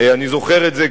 אני זוכר את זה,